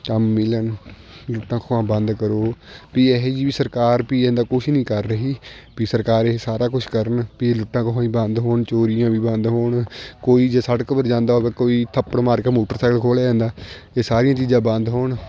ਕੰਮ ਮਿਲਣ ਲੁੱਟਾਂ ਖੋਹਾਂ ਬੰਦ ਕਰੋ ਵੀ ਇਹ ਜਿਹੀ ਵੀ ਸਰਕਾਰ ਵੀ ਐਦਾਂ ਕੁਛ ਨਹੀਂ ਕਰ ਰਹੀ ਵੀ ਸਰਕਾਰ ਇਹ ਸਾਰਾ ਕੁਛ ਕਰਨ ਵੀ ਲੁੱਟਾਂ ਖੋਹਾਂ ਵੀ ਬੰਦ ਹੋਣ ਚੋਰੀਆਂ ਵੀ ਬੰਦ ਹੋਣ ਕੋਈ ਜੇ ਸੜਕ ਪਰ ਜਾਂਦਾ ਹੋਵੇ ਕੋਈ ਥੱਪੜ ਮਾਰ ਕੇ ਮੋਟਰਸਾਈਕਲ ਖੋਹ ਲਿਆ ਜਾਂਦਾ ਇਹ ਸਾਰੀਆਂ ਚੀਜ਼ਾਂ ਬੰਦ ਹੋਣ